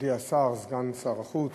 מכובדי השר, סגן שר החוץ,